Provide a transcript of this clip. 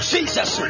Jesus